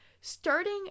starting